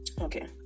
Okay